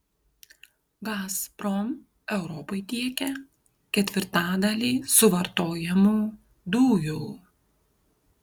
gazprom europai tiekia ketvirtadalį suvartojamų dujų